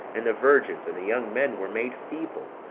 and the virgins and the young men were made feeble,